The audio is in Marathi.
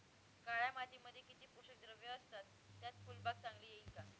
काळ्या मातीमध्ये किती पोषक द्रव्ये असतात, त्यात फुलबाग चांगली येईल का?